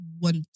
want